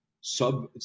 sub